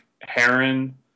Heron